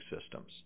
systems